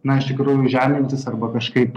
na iš tikrųjų žemintis arba kažkaip